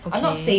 okay